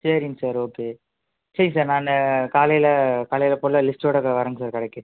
சரிங்க sir okay சரி sir நான் காலையில் காலையில் போல லிஸ்ட்டோடு வரேங்க சார் கடைக்கு